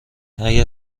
اگر